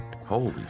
holy